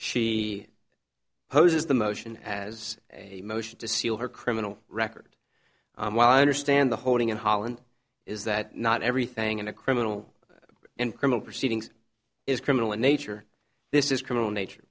she poses the motion as a motion to seal her criminal record while i understand the holding in holland is that not everything in a criminal and criminal proceedings is criminal in nature this is criminal nature